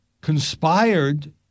Conspired